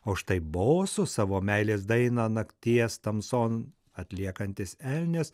o štai bosu savo meilės dainą nakties tamson atliekantis elnias